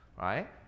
right